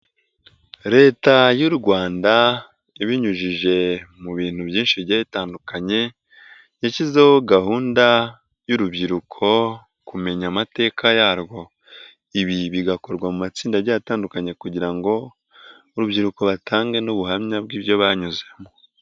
Leta y'u Rwanda ya ibinyujije mu bintu byinshi biye byatandukanye, yashyizeho gahunda y'urubyiruko kumenya amateka yarwo. Ibi bigakorwa mu matsinda agiye atandukanye kugira ngo urubyiruko batange n'ubuhamya bw'ibyo banyuzemo.